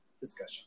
discussion